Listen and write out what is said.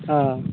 अच्छा